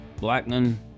Blackman